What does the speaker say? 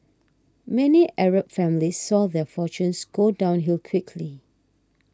many Arab families saw their fortunes go downhill quickly